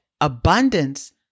abundance